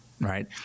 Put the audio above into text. right